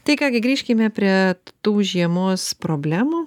tai ką gi grįžkime prie tų žiemos problemų